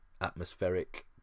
atmospheric